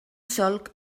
solc